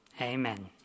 amen